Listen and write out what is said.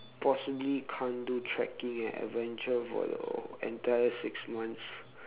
possibly can't do trekking and adventure for the entire six months